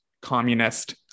communist